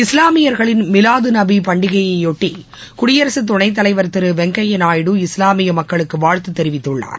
இஸ்லாமியர்களின் மிலாது நபி பண்டிகையையொட்டி குடியரகத் துணைத் தலைவர் திரு எம் வெங்கய்யா நாயுடு இஸ்லாமிய மக்களுக்கு வாழ்த்து தெரிவித்துள்ளார்